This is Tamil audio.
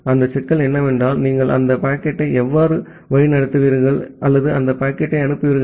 அந்த சிக்கல் என்னவென்றால் நீங்கள் அந்த பாக்கெட்டை எவ்வாறு வழிநடத்துவீர்கள் அல்லது அந்த பாக்கெட்டை அனுப்புவீர்கள்